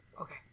Okay